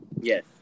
Yes